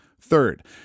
Third